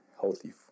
healthy